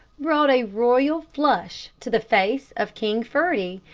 brought a royal flush to the face of king ferdie,